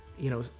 you know,